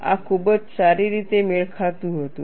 આ ખૂબ જ સારી રીતે મેળ ખાતું હતું